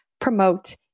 promote